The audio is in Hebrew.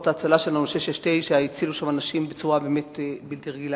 ההצלה של יחידה 669 הצילו שם אנשים בצורה בלתי רגילה,